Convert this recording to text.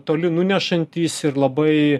toli nunešantys ir labai